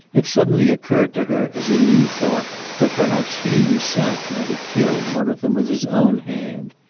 it suddenly occurred to her as a new thought that perhaps he himself might have killed one of them with his own hand.